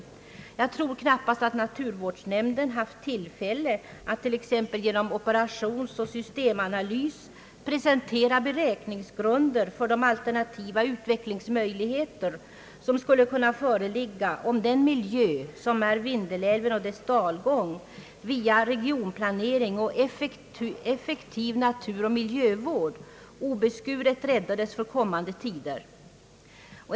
Jag tror knappast att naturvårdsnämnden haft tillfälle att t.ex. genom operationsoch systemanalys presentera beräkningsgrunder för de alternativa utvecklingsmöjligheter som skulle kunna föreligga, om den mil jö, som är Vindelälven och dess dalgång, via regionplanering och effektiv naturoch miljövård obeskuret räddades för kommande tider.